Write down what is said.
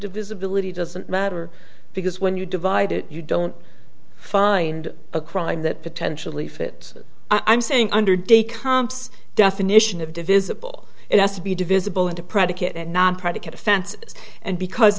the divisibility doesn't matter because when you divide it you don't find a crime that potentially fit i'm saying under de comps definition of divisible it has to be divisible into predicate and not predicate offenses and because